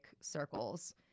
circles